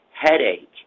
headache